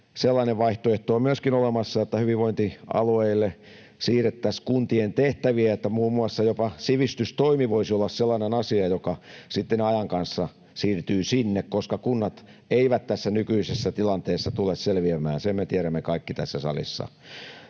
sellainen vaihtoehto on myöskin olemassa, että hyvinvointialueille siirrettäisiin kuntien tehtäviä ja muun muassa jopa sivistystoimi voisi olla sellainen asia, joka sitten ajan kanssa siirtyy sinne, koska kunnat eivät tässä nykyisessä tilanteessa tule selviämään. Sen me tiedämme kaikki tässä salissa,